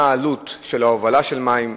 מה העלות של ההובלה של המים,